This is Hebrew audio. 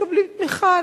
מקבלים תמיכה.